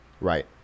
Right